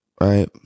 Right